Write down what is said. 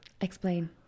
explain